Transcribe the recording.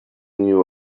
new